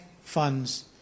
funds